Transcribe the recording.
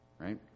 Right